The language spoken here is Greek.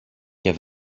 και